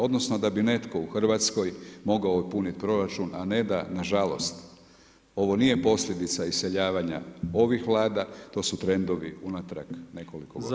Odnosno, da bi netko u Hrvatskoj mogao uputiti proračun, a ne da nažalost, ovo nije posljedica iseljavanja ovih vlada, to su trendovi unatrag nekoliko godina.